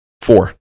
Four